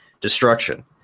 destruction